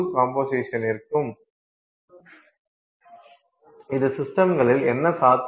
பல சிஸ்டம்களில் நம்மிடம் பல ஃபேஸ்கள் உள்ளன அவை வெவ்வேறு வெப்பநிலைகளில் வெவ்வேறு கம்போசிஷன்களில் காண்பிக்கப்படும்